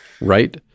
right